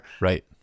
right